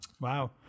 wow